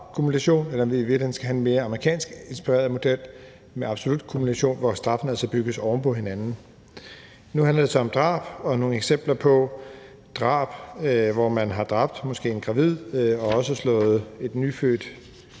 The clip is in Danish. om vi i virkeligheden skal have en mere amerikansk inspireret model med absolut kumulation, hvor straffene altså bygges oven på hinanden. Nu handler det så om drab og nogle eksempler på drab. Man har måske dræbt en gravid og derved også slået et ufødt